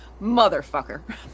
motherfucker